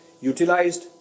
utilized